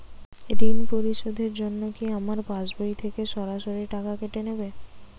ঋণ পরিশোধের জন্য কি আমার পাশবই থেকে সরাসরি টাকা কেটে নেবে?